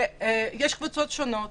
יש קבוצות שונות